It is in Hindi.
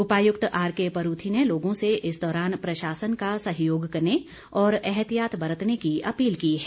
उपायुक्त आरकेपरूथी ने लोगों से इस दौरान प्रशासन का सहयोग करने और एहतियात बरतने की अपील की है